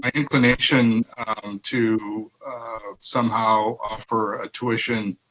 um inclination and to somehow offer a tuition,